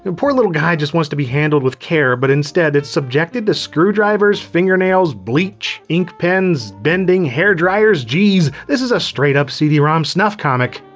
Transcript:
and poor little guy just wants to be handled with care, but instead it's subjected to screwdrivers, fingernails, bleach, ink pens, pens, bending, hairdryers, jeez. this is a straight up cd-rom snuff comic.